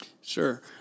Sure